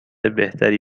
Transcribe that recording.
بهتری